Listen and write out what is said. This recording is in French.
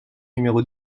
numéro